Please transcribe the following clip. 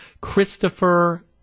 Christopher